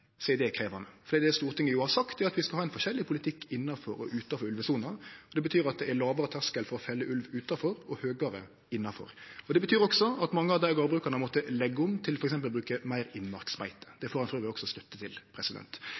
er det krevjande. For det Stortinget jo har sagt, er at vi skal ha ein forskjellig politikk innanfor og utanfor ulvesona. Det betyr at det er lågare terskel for å felle ulv utanfor og høgare innanfor. Det betyr også at mange av gardbrukarane måtte leggje om til f.eks. å bruke meir innmarksbeite. Det får ein sjølvsagt òg støtte til.